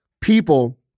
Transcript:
people